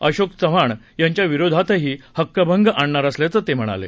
अशोक चव्हाण यांच्या विरोधातही हक्कभंग आणणार असल्याचं ते म्हणाले